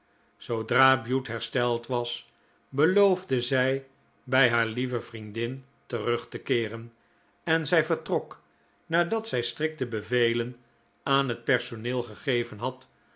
zoodra bute hersteld was beloofde zij bij haar lieve vriendin terug te keeren en zij vertrok nadat zij strikte bevelen aan het personeel gegeven had